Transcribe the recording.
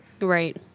Right